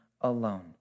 alone